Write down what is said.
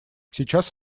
сейчас